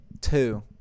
two